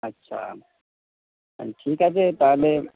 আচ্ছা ঠিক আছে তাহলে